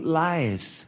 lies